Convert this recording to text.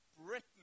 Britain